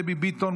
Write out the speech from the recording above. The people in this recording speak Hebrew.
דבי ביטון,